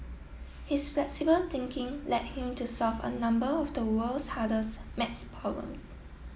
his flexible thinking led him to solve a number of the world's hardest maths problems